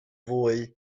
fwy